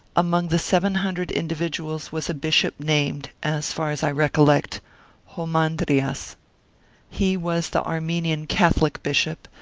among the seven hundred individuals was a bishop named as far as i recollect roman drias he was the armenian catholic bishop,